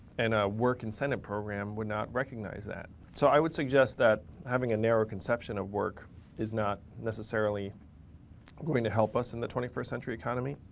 and a work incentive program would not recognize that. so i would suggest that having a narrow conception of work is not necessarily going to help us in the twenty first century economy.